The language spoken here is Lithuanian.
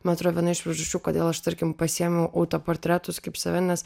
man atrodo viena iš priežasčių kodėl aš tarkim pasiėmiau autoportretus kaip save nes